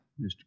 Mr